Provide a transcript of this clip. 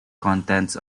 contents